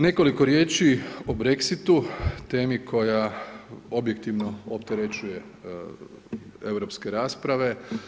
Nekoliko riječi o BREXIT-u temi koja objektivno opterećuje europske rasprave.